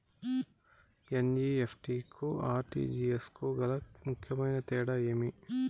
NEFT కు RTGS కు గల ముఖ్యమైన తేడా ఏమి?